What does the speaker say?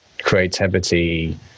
creativity